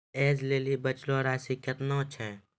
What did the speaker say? ऐज लेली बचलो राशि केतना छै?